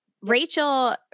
Rachel